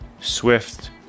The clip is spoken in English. Swift